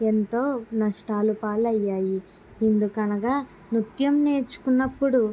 ఎంతో నష్టాలు పాలయ్యాయి ఎందుకనగా నృత్యం నేర్చుకున్నప్పుడు